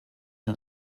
nun